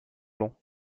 blanc